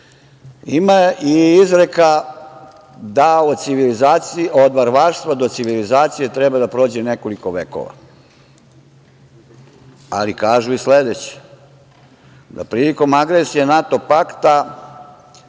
i izreka - da od varvarstva do civilizacije treba da prođe nekoliko vekova. Ali kažu i sledeće - da prilikom agresije NATO pakta